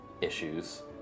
issues